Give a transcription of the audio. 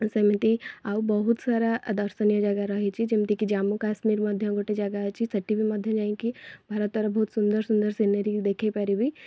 ସେମିତି ଆଉ ବହୁତ ସାରା ଦର୍ଶନୀୟ ଜାଗା ରହିଛି ଯେମିତି କି ଜାମ୍ମୁ କାଶ୍ମୀର ମଧ୍ୟ ଗୋଟେ ଜାଗା ଅଛି ସେଇଠି ବି ମଧ୍ୟ ଯାଇକି ଭାରତର ବହୁତ ସୁନ୍ଦର ସୁନ୍ଦର ସିନେରୀ ଦେଖାଇ ପାରିବି